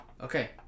Okay